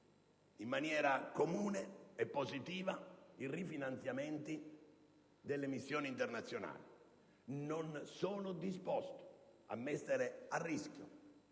in maniera comune e positiva i rifinanziamenti delle missioni internazionali. Non sono disposto a mettere a rischio